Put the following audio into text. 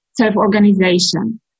self-organization